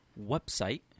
website